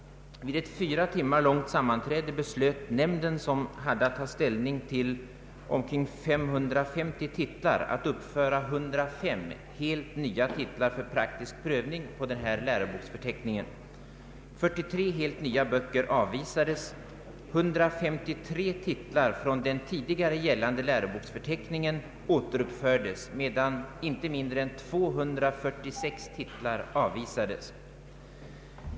Vid ett fyra timmar långt sammanträde beslöt nämnden, som hade att ta ställning till omkring 550 titlar, att uppföra 105 helt nya titlar för praktisk prövning på den här läroboksförteckningen. 43 helt nya böcker avvisades, 153 titlar från den tidigare gällande läroboksförteckningen återuppfördes, medan inte mindre än 246 titlar avvisades.